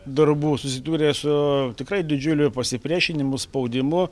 darbų susidūrė su tikrai didžiuliu ir pasipriešinimu spaudimu